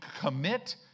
commit